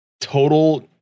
total